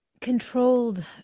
controlled